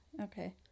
Okay